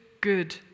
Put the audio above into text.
good